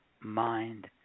mind